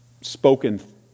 spoken